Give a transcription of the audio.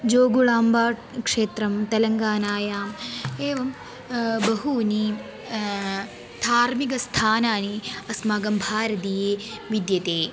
जोगुळाम्बा क्षेत्रं तेलङ्गानायाम् एवं बहूनि धार्मिकस्थानानि अस्माकं भारते विद्यते